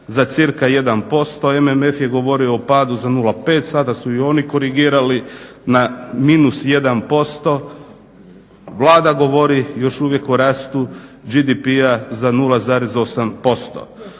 za cirka 1%. MMF je govorio o padu za 0,5. Sada su i oni korigirali na -1%. Vlada govori još uvijek o rastu GDP-a za 0,8%.